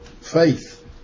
faith